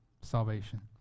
salvation